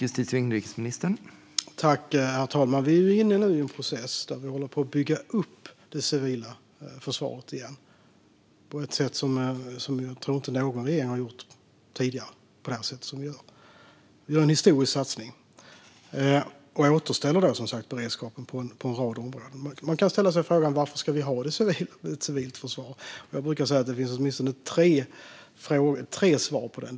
Herr talman! Vi är nu inne i en process där vi håller att bygga upp det civila försvaret igen på ett sätt som jag inte tror att någon regering har gjort tidigare. Vi gör en historisk satsning och återställer som sagt beredskapen på en rad områden. Man kan ställa sig frågan varför vi ska ha ett civilt försvar. Jag brukar säga att det finns åtminstone tre svar på den frågan.